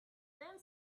then